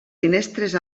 finestres